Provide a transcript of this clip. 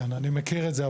אני מכיר את זה,